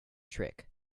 trick